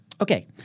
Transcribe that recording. Okay